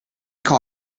call